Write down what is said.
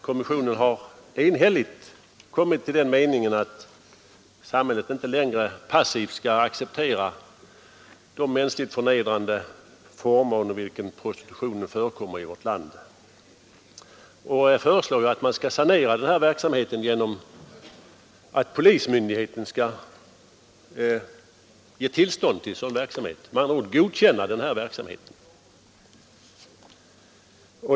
Kommissionen har enhälligt kommit till den meningen att samhället inte längre passivt skall acceptera de mänskligt förnedrande former under vilka prostitutionen förekommer i vårt land. Kommissionen föreslår att man skall sanera denna verksamhet genom att polismyndigheten skall ge tillstånd till sådan verksamhet eller med andra ord godkänna den.